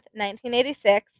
1986